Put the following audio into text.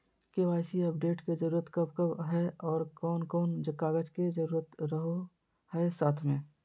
KYC update के जरूरत कब कब है और कौन कौन कागज के जरूरत रहो है साथ में?